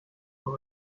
were